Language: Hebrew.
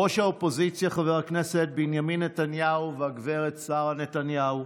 ראש האופוזיציה חבר הכנסת בנימין נתניהו וגב' שרה נתניהו,